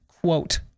quote